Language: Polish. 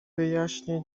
wyjaśnię